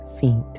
feet